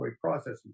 processing